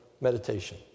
meditation